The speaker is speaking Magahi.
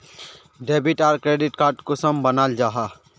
डेबिट आर क्रेडिट कार्ड कुंसम बनाल जाहा?